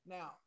Now